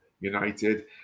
United